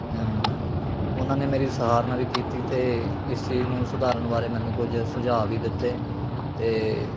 ਉਨ੍ਹਾਂ ਨੇ ਮੇਰੀ ਸਹਾਰਨਾ ਵੀ ਕੀਤੀ ਅਤੇ ਇਸ ਚੀਜ਼ ਨੂੰ ਸੁਧਾਰਨ ਬਾਰੇ ਮੈਨੂੰ ਕੁਝ ਸੁਝਾਅ ਵੀ ਦਿੱਤੇ ਅਤੇ